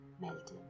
melted